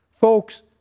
Folks